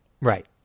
Right